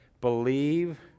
believe